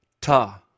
ta